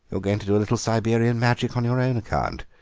are going to do a little siberian magic on your own account.